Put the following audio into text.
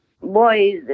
boys